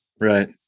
Right